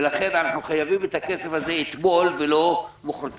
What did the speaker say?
ולכן אנחנו חייבים את הכסף הזה אתמול ולא מחרתיים.